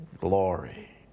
glory